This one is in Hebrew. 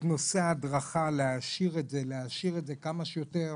להעשירם ולהדריכם כמה שיותר,